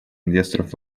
инвесторов